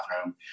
bathroom